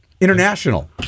International